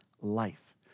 life